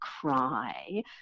cry